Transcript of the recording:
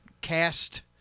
cast